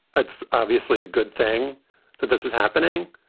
it's obviously a good thing that this is happening.